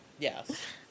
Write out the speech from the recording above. yes